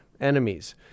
Enemies